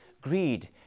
Greed